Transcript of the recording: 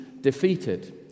defeated